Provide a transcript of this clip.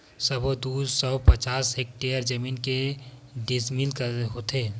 सबो दू सौ पचास हेक्टेयर जमीन के डिसमिल होथे?